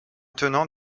tenant